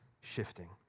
shifting